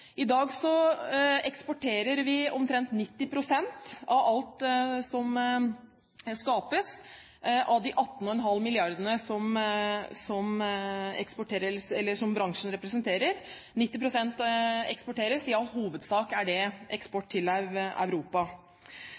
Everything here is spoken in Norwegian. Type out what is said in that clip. dag eksporterer vi omtrent 90 pst. av alt som skapes av de 18,5 milliardene som bransjen representerer, i hovedsak eksport til Europa. Norsk treforedling har vært gjennom en beintøff omstilling, og min påstand er